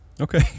Okay